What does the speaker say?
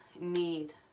need